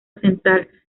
central